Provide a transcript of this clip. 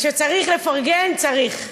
כשצריך לפרגן, צריך.